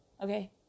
Okay